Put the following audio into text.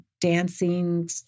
dancing